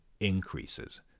increases